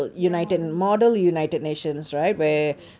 ya model un~ ya yes yes